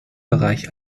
bereich